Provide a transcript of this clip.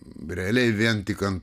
realiai vien tik ant